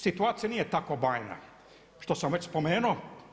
Situacija nije tako bajna što sam već spomenuo.